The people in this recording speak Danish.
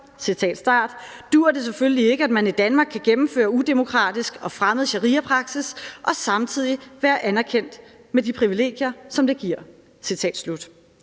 »dur det selvfølgelig ikke i Danmark, at man kan gennemføre udemokratisk og fremmed shariapraksis og samtidig være anerkendt med de privilegier, som det giver«.